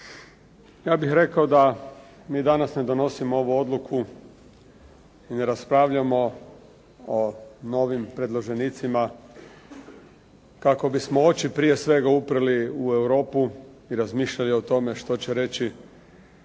Ja bih rekao da mi danas ne donosimo ovu odluku i ne raspravljamo o novim predloženicima kako bismo oči prije svega uprli u Europu i razmišljali o tome što će reći